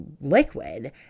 liquid